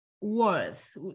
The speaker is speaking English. worth